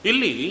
Ili